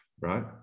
right